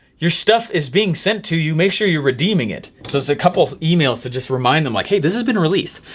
your stuff is being sent to you make sure you redeeming it. so it's a couple of emails that just remind them like, hey, this has been released.